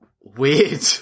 weird